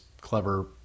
clever